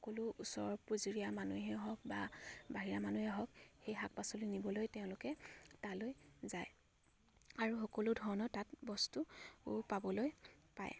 সকলো ওচৰৰ পাঁজৰীয়া মানুহে হওক বা বাহিৰা মানুহে হওক সেই শাক পাচলি নিবলৈ তেওঁলোকে তালৈ যায় আৰু সকলো ধৰণৰ তাত বস্তু পাবলৈ পায়